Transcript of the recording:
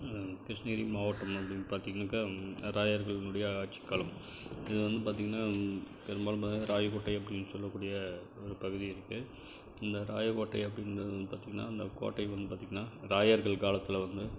கிருஷ்ணகிரி மாவட்டம் அப்படினு பார்த்திங்கனாக்கா ராயர்களினுடைய ஆட்சிக்காலம் இதுவந்து பார்த்திங்கனா பெரும்பாலும் ராயக்கோட்டை அப்படினு சொல்லக்கூடிய ஒரு பகுதி இருக்குது இந்த ராயக்கோட்டை அப்படிங்கிறது வந்து பார்த்திங்னா அந்த கோட்டை வந்து பார்த்திங்னா ராயர்கள் காலத்தில் வந்து